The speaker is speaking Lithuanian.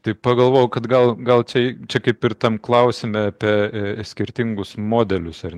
tik pagalvojau kad gal gal čia čia kaip ir tam klausime apie skirtingus modelius ar